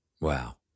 Wow